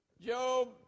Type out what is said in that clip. Job